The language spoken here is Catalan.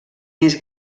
més